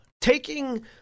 taking